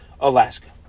Alaska